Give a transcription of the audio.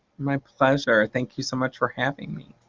my pleasure thank you so much for having me.